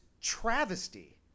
travesty